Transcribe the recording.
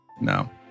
No